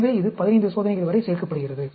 எனவே இது 15 சோதனைகள் வரை சேர்க்கப்படுகிறது